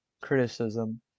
criticism